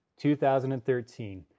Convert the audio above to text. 2013